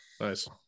nice